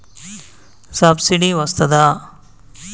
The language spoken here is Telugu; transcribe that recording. సబ్సిడీ వస్తదా?